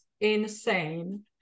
insane